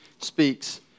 speaks